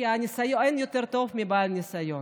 אין יותר טוב מבעל ניסיון.